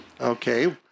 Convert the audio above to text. Okay